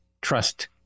trust